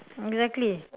exactly